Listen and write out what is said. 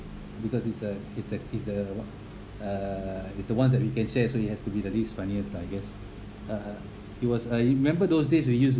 because is uh is the is the what uh is the ones that we can share so it has to be the least funniest lah I guess (uh huh) it was uh you remember those days we used